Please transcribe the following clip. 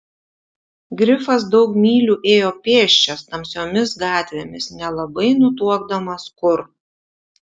grifas daug mylių ėjo pėsčias tamsiomis gatvėmis nelabai nutuokdamas kur